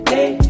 Hey